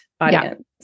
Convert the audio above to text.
audience